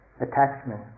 attachment